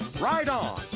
ride on!